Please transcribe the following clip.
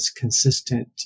consistent